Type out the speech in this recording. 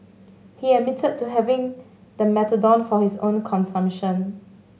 he admitted to having the methadone for his own consumption